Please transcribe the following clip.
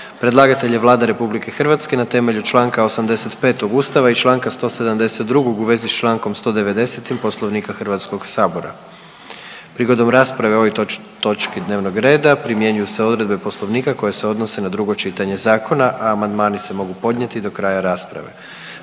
Predlagatelj je Vlada RH na temelju Članka 85. Ustava i Članka 172. u vezi s Člankom 190. Poslovnika Hrvatskog sabora. Prigodom rasprave o ovoj točki dnevnog reda primjenjuju se odredbe Poslovnika koje se odnose na drugo čitanje zakona, a amandmani se mogu podnijeti do kraja rasprave.